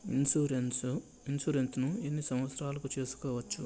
Insurance ఎన్ని సంవత్సరాలకు సేసుకోవచ్చు?